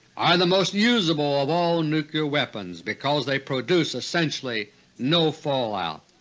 are the most usable of all nuclear weapons because they produce essentially no fallout.